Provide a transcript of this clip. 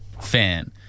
fan